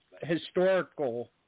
historical